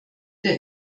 der